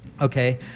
Okay